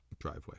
driveway